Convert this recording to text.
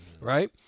right